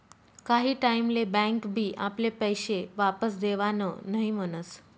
काही टाईम ले बँक बी आपले पैशे वापस देवान नई म्हनस